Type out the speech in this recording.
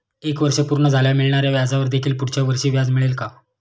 एक वर्ष पूर्ण झाल्यावर मिळणाऱ्या व्याजावर देखील पुढच्या वर्षी व्याज मिळेल का?